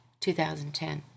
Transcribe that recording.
2010